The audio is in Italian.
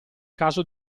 caso